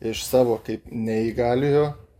iš savo kaip neįgaliojo